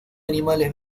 animales